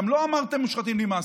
גם לו אמרתם "מושחתים, נמאסתם".